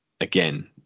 again